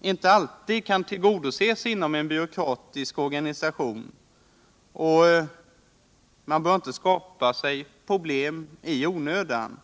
inte alltid kan tillgodoses inom en byråkratisk organisation, och man bör inte skapa problem i onödan.